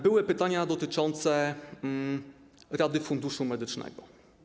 Były pytania dotyczące Rady Funduszu Medycznego.